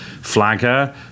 Flagger